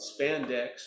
spandex